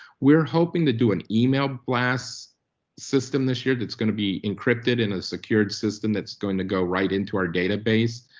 we're hoping to do an email blast system this year that's gonna be encrypted in a secured system that's going to go right into our database,